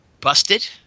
Busted